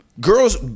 Girls